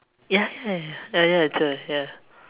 ya ya ya ya ya it's a ya